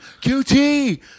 QT